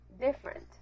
different